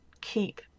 keep